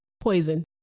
poison